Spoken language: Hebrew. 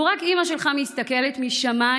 לו רק אימא שלך מסתכלת משמיים,